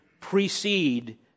precede